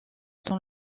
dans